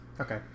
okay